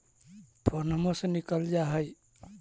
फोनवो से निकल जा है?